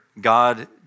God